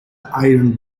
iron